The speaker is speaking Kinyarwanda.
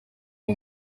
uwo